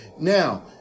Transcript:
Now